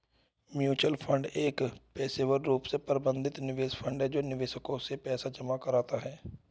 mutual fund एक पेशेवर रूप से प्रबंधित निवेश फंड है जो निवेशकों से पैसा जमा कराता है